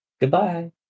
Goodbye